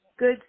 good